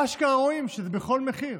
אשכרה רואים שזה בכל מחיר,